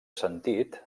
sentit